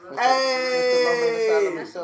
Hey